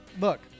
look